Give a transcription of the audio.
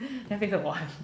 Netflix 我还